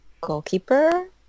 goalkeeper